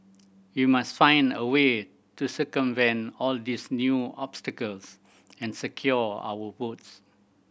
we must find a way to circumvent all these new obstacles and secure our votes